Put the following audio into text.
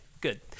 good